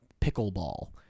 pickleball